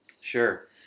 Sure